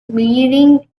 leading